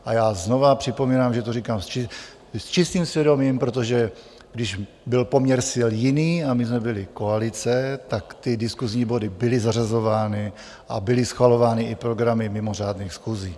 A já znova připomínám, že to říkám s čistým svědomím, protože když byl poměr sil jiný a my jsme byli koalice, tak ty diskusní body byly zařazovány a byly schvalovány i programy mimořádných schůzí.